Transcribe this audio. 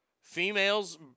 females